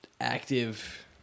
active